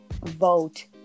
vote